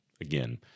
again